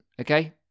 okay